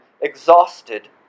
exhausted